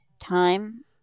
time